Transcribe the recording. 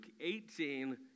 18